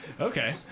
Okay